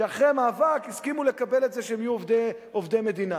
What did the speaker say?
שאחרי מאבק הסכימו לקבל את זה שהם יהיו עובדי מדינה.